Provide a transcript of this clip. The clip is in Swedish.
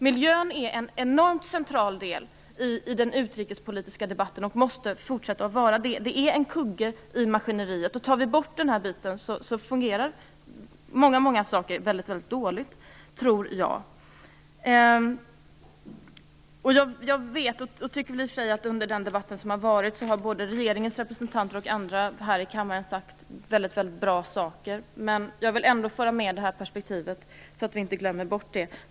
Miljön är en mycket central del i den utrikespolitiska debatten och måste fortsätta att vara det. Bortser vi från denna kugge i maskineriet, tror jag att många saker kommer att fungera väldigt dåligt. Under den debatt som har förts har regeringens representanter och andra här i kammaren sagt väldigt bra saker, men jag vill ändå anlägga detta perspektiv, så att det inte glöms bort.